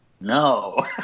no